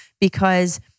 because-